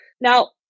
now